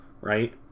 Right